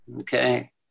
Okay